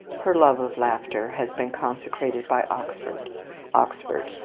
her love of laughter has been consecrated by oxford oxford,